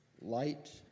light